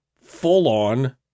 full-on